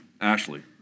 Ashley